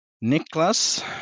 nicholas